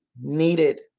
needed